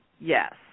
Yes